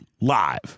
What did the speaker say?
live